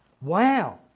Wow